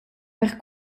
per